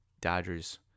Dodgers